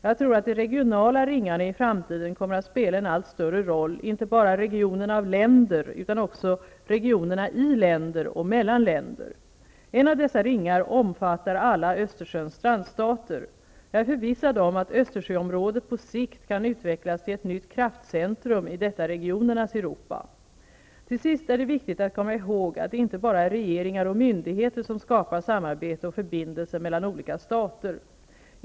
Jag tror att de regionala ringarna i framtiden kommer att spela en allt större roll, inte bara regionerna av länder utan också regionerna i länder och mellan länder. En av dessa ringar omfattar alla Östersjöns strandstater. Jag är förvissad om att Östersjöområdet på sikt kan utvecklas till ett nytt kraftcentrum i detta regionernas Europa. Till sist är det viktigt att komma ihåg att det inte bara är regeringar och myndigheter som skapar samarbete och förbindelser mellan olika stater.